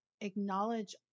Acknowledge